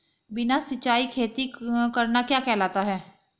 बिना सिंचाई खेती करना क्या कहलाता है?